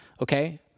Okay